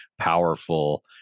powerful